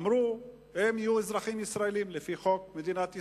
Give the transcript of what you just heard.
ואמרו שהם יהיו אזרחים ישראלים לפי חוקי מדינת ישראל.